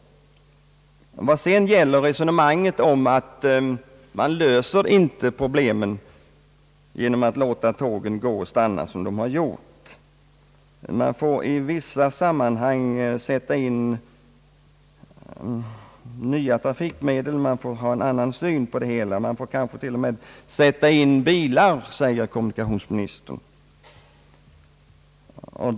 Beträffande detta att man inte kan lösa vissa orters trafikproblem genom att låta tågen gå och stanna som de gjort sade kommunikationsministern, att man i vissa sammanhang måste sätta in nya trafikmedel, kanske till och med bilar, och att man över huvud taget måste ha en annan och ny syn på trafikproblemen.